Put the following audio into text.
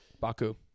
Baku